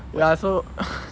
ya so